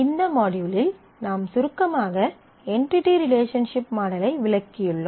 இந்த மாட்யூலில் நாம் சுருக்கமாக என்டிடி ரிலேஷன்ஷிப் மாடலை விளக்கியுள்ளோம்